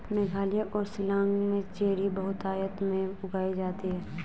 मेघालय और शिलांग में चेरी बहुतायत में उगाई जाती है